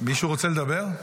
מישהו רוצה לדבר?